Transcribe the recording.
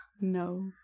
No